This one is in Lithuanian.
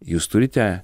jūs turite